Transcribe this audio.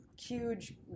huge